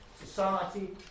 society